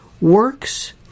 works